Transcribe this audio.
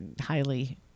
highly